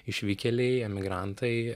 išvykėliai emigrantai